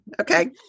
Okay